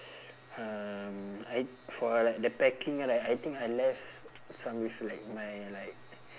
um I for like the packing right I think I left some with like my like